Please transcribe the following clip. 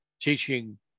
teaching